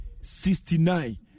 sixty-nine